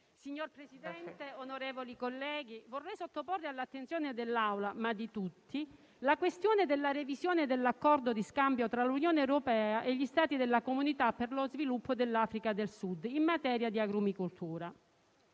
Signor Presidente, onorevoli colleghi, vorrei sottoporre all'attenzione dell'Assemblea e di tutti la questione della revisione dell'accordo di scambio tra l'Unione europea e gli stati della Comunità per lo sviluppo dell'Africa del Sud in materia di agrumicoltura.